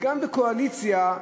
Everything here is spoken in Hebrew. גם בקואליציה,